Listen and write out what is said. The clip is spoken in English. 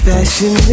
Fashion